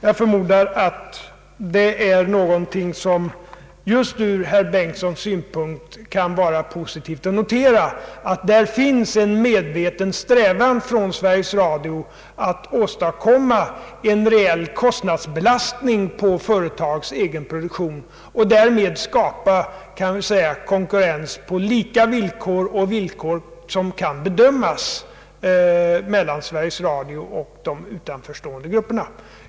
Jag föreställer mig att det just ur herr Bengtsons synpunkt kan vara positivt att det finns en medveten strävan inom Sveriges Radio att åstadkomma en reell kostnadsbelastning på företagets egen produktion och därmed skapa konkurrens på lika villkor för Sveriges Radio och de utanför stående grupperna.